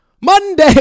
Monday